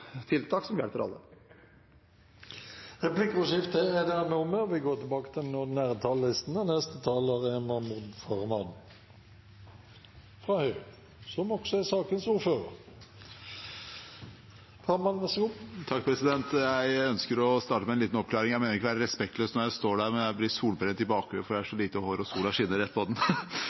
tiltak som hjelper alle. Replikkordskiftet er omme. De talere som heretter får ordet, har også en taletid på inntil 3 minutter. Jeg ønsker å starte med en liten oppklaring. Jeg mener ikke å være respektløs når jeg står der, men jeg blir solbrent i bakhodet fordi jeg har så lite hår, og sola skinner rett på